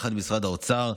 יחד עם משרד האוצר,